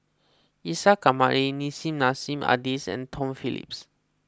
Isa Kamari Nissim Nassim Adis and Tom Phillips